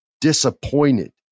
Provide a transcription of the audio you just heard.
disappointed